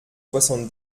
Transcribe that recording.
soixante